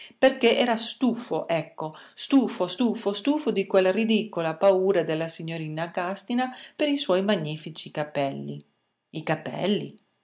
perché era stufo ecco stufo stufo stufo di quella ridicola paura della signorina gàstina per i suoi magnifici capelli i capelli